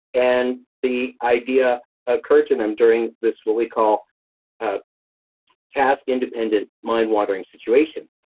and the idea occurred to them during this, what we call a task independent mind-wandering situation.